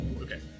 Okay